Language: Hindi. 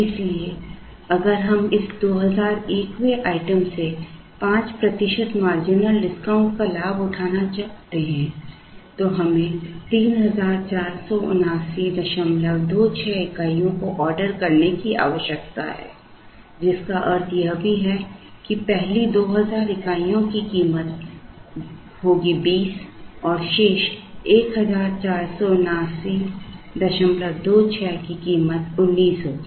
इसलिए अगर हम इस 2001वें आइटम से 5 प्रतिशत मार्जिनल डिस्काउंट का लाभ उठाते हैं या उठाना चाहते हैं तो हमें 347926 इकाइयों को ऑर्डर करने की आवश्यकता है जिसका अर्थ यह भी है कि पहली 2000 इकाइयों की कीमत होगी 20 और शेष 147926 की कीमत 19 होगी